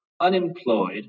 unemployed